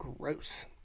Gross